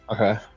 Okay